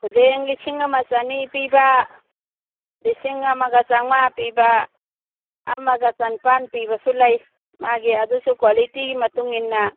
ꯈꯨꯗꯦꯡ ꯂꯤꯁꯤꯡ ꯑꯃꯒ ꯆꯅꯤ ꯄꯤꯕ ꯂꯤꯁꯤꯡ ꯑꯃꯒ ꯆꯥꯝꯃꯉꯥ ꯄꯤꯕ ꯑꯃꯒ ꯆꯅꯤꯄꯥꯜ ꯄꯤꯕꯁꯨ ꯂꯩ ꯃꯥꯒꯤ ꯑꯗꯨꯁꯨ ꯀ꯭ꯋꯥꯂꯤꯒꯤ ꯃꯇꯨꯡ ꯏꯟꯅ